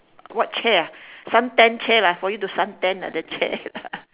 what chair ah sun tan chair lah for you to sun tan at the chair lah